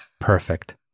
Perfect